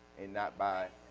and not by